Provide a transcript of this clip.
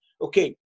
okay